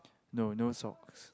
no no socks